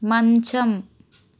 మంచం